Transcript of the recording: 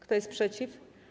Kto jest przeciw?